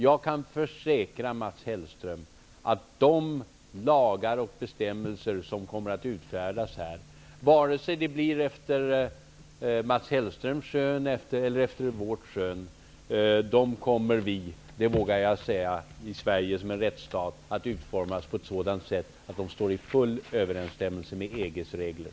Jag kan försäkra, Mats Hellström, att de lagar och bestämmelser som utfärdas här -- vare sig det blir efter Mats Hellströms skön eller det blir efter vårt skön -- kommer vi i Sverige, som är en rättsstat -- det vågar jag säga -- att utforma på ett sådant sätt att de står i full överensstämmelse med EG:s regler.